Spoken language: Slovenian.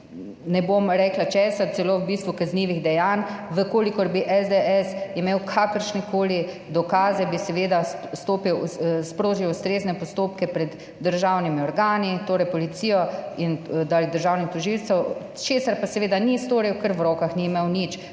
ne bom rekla česa, celo v bistvu kaznivih dejanj. Če bi imela SDS kakršnekoli dokaze, bi seveda sprožila ustrezne postopke pred državnimi organi, torej policijo ali državnim tožilcem, česar pa seveda ni storila, ker v rokah ni imela nič.